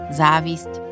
závisť